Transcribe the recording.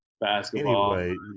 Basketball